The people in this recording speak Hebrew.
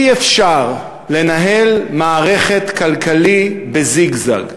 אי-אפשר לנהל מערכת כלכלית בזיגזג.